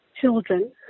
children